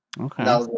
Okay